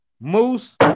Moose